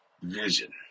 vision